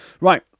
right